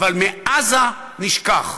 אבל מעזה נשכח.